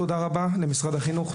תודה רבה למשרד החינוך,